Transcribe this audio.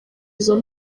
izo